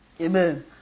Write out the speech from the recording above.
Amen